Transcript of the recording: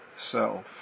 self